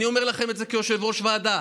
אני אומר לכם את זה כיושב-ראש ועדה,